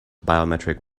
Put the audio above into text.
biometric